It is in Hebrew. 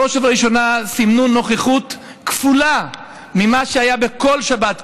בראש ובראשונה סימנו נוכחות כפולה ממה שהיה בכל שבת.